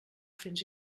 fins